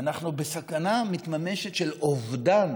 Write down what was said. ואנחנו בסכנה מתממשת של אובדן